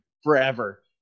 forever